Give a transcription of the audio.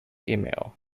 email